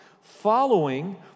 following